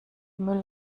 müll